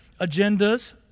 agendas